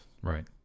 Right